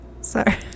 sorry